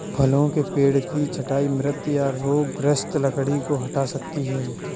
फलों के पेड़ की छंटाई मृत या रोगग्रस्त लकड़ी को हटा सकती है